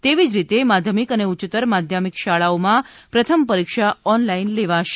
એવી જ રીતે માધ્યમિક અને ઉચ્યત્તર માધ્યમિક શાળાઓમાં પ્રથમ પરીક્ષા ઓનલાઈન લેવાશે